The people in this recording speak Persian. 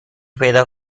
پیدا